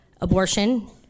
abortion